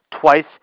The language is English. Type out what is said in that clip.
Twice